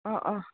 অঁ অঁ